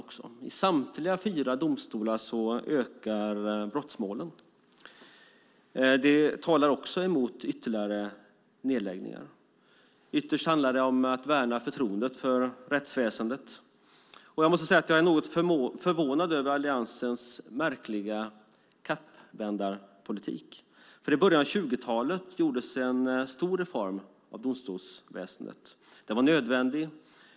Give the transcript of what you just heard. I samtliga av dessa fyra domstolar ökar antalet brottmål, vilket talar emot ytterligare nedläggningar. Ytterst handlar alltså detta om att värna förtroendet för rättsväsendet. Jag måste även säga att jag är något förvånad över Alliansens märkliga kappvändarpolitik. I början av 2000-talet gjordes en stor reform av domstolsväsendet. Den var nödvändig.